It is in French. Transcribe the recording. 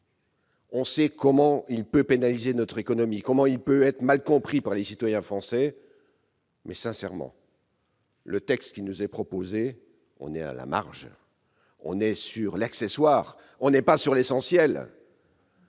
On sait combien il peut pénaliser notre économie, comme il peut être mal compris par les citoyens français. Mais, sincèrement, le texte qui nous est proposé est à la marge. On en reste à l'accessoire, on n'est pas sur l'essentiel.